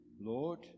Lord